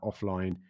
offline